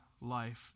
life